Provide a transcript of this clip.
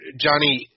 Johnny